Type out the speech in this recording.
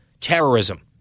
terrorism